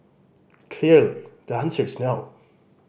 clearly the answer is no